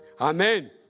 Amen